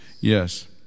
Yes